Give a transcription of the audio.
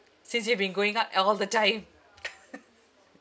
since you've been going out all the time